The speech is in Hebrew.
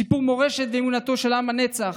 סיפור מורשתו ואמונתו של עם הנצח,